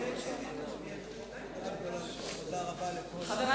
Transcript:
לאחר מכן